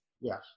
Yes